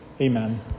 Amen